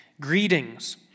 Greetings